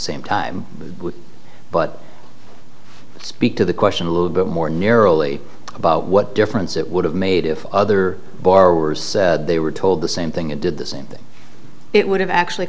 same time but speak to the question a little bit more narrowly about what difference it would have made if other borrowers they were told the same thing and did the same thing it would have actually